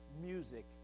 music